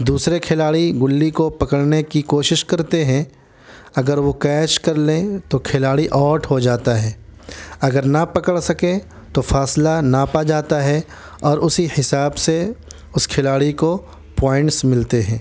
دوسرے کھلاڑی گلی کو پکڑنے کی کوشش کرتے ہیں اگر وہ کیچ کر لیں تو کھلاڑی آوٹ ہو جاتا ہے اگر نہ پکڑ سکیں تو فاصلہ ناپا جاتا ہے اور اسی حساب سے اس کھلاڑی کو پوائنٹس ملتے ہیں